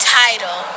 title